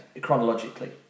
chronologically